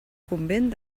convent